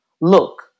Look